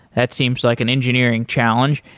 that seems like an engineering challenge.